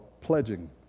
pledging